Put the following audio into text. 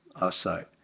outside